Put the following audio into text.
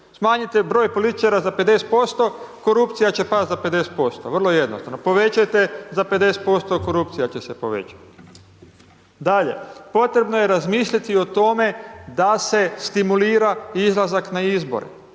smanjite broj političara za 50%, korupcija će pasti za 50%, vrlo jednostavno, povećajte za 50%, korupcija će se povećat. Dalje, potrebno je razmisliti o tome da se stimulira izlazak na izbore